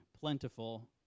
plentiful